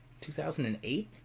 2008